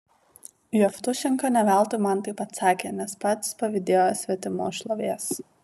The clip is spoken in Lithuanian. jevtušenka ne veltui man taip atsakė nes pats pavydėjo svetimos šlovės